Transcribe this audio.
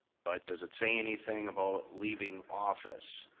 but does it say anything about leaving office?